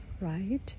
right